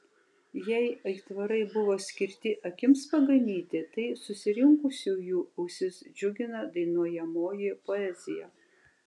jei aitvarai buvo skirti akims paganyti tai susirinkusiųjų ausis džiugina dainuojamoji poezija